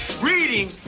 reading